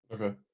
Okay